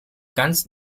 ganz